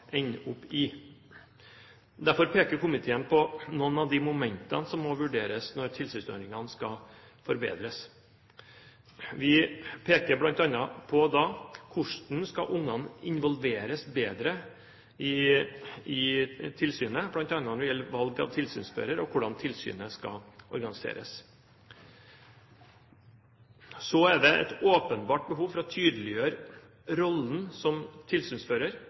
ende opp i. Derfor peker komiteen på noen av momentene som må vurderes når tilsynsordningene skal forbedres. Vi peker bl.a. på hvordan ungene skal involveres bedre i tilsynet, f.eks. når det gjelder valg av tilsynsfører, og hvordan tilsynet skal organiseres. Så er det et åpenbart behov for å tydeliggjøre rollen som